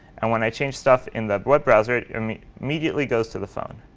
and when i change stuff in the web browser, it i mean immediately goes to the phone.